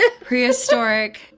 prehistoric